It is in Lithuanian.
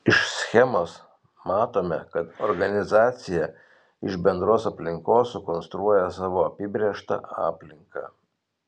iš schemos matome kad organizacija iš bendros aplinkos sukonstruoja savo apibrėžtą aplinką